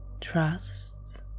trust